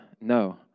no